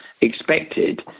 expected